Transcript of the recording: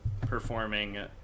performing